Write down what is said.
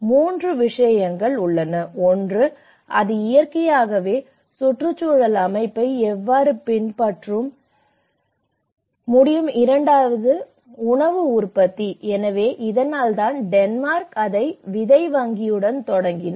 3 விஷயங்கள் உள்ளன ஒன்று அது இயற்கையாகவே சுற்றுச்சூழல் அமைப்பை எவ்வாறு பின்பற்ற முடியும் இரண்டாவது உணவு உற்பத்தி எனவே அதனால்தான் டென்மார்க் அவை விதை வங்கியுடன் தொடங்கின